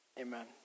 Amen